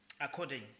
according